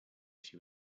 she